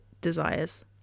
desires